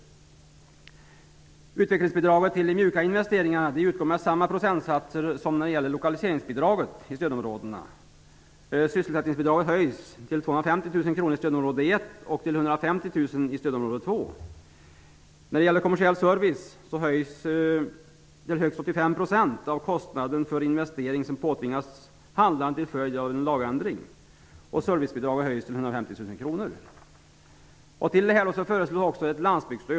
Utvecklingsbidraget till de mjuka investeringarna utgår med samma procentsatser som lokaliseringsbidraget i stödområdena. Sysselsättningsbidraget höjs till 250 000 kr i stödområde 1 och till 150 000 i stödområde 2. När det gäller kommersiell service sker en höjning till högst 85 % av den kostnad för investering som påtvingats handlaren till följd av en lagändring.